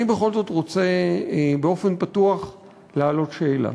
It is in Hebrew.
אני בכל זאת רוצה באופן פתוח להעלות שאלה.